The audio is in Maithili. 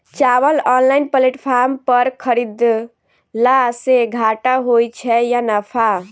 चावल ऑनलाइन प्लेटफार्म पर खरीदलासे घाटा होइ छै या नफा?